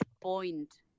point